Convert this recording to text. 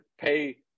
pay